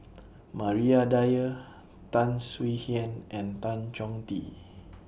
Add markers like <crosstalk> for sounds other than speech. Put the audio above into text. <noise> Maria Dyer Tan Swie Hian and Tan Chong Tee <noise>